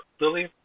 lily